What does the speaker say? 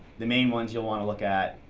the main ones you'll want to look at